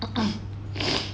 um